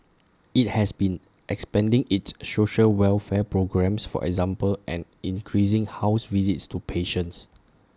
IT has been expanding its social welfare programmes for example and increasing house visits to patients